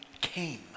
came